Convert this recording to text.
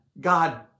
God